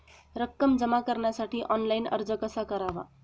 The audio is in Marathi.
रक्कम जमा करण्यासाठी ऑनलाइन अर्ज कसा करावा?